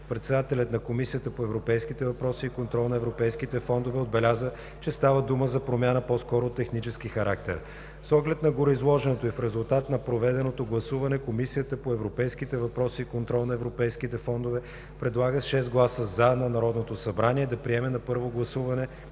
Председателят на Комисията по европейските въпроси и контрол на европейските фондове отбеляза, че става дума за промяна по-скоро от технически характер. С оглед на гореизложеното и в резултат на проведеното гласуване Комисията по европейските въпроси и контрол на европейските фондове с 6 гласа „за“ предлага на Народното събрание да приеме на първо гласуване